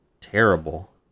terrible